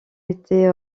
été